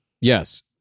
Yes